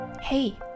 Hey